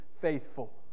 faithful